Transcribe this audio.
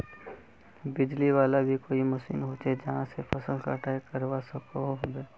बिजली वाला भी कोई मशीन होचे जहा से फसल कटाई करवा सकोहो होबे?